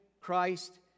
Christ